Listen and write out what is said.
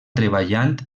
treballant